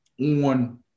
on